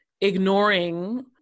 ignoring